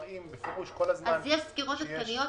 הם מראים בפירוש כל הזמן --- יש סקירות עדכניות,